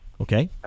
Okay